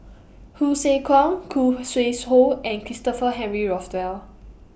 Hsu Tse Kwang Khoo Sui Hoe and Christopher Henry Rothwell